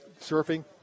surfing